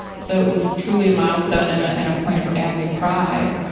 so, it was truly a milestone and ah and a point of family pride.